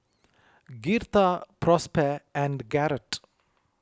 Girtha Prosper and Garrett